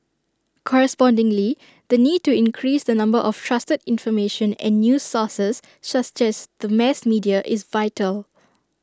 correspondingly the need to increase the number of trusted information and news sources such as the mass media is vital